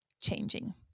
changing